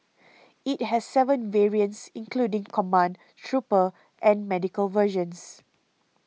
it has seven variants including command trooper and medical versions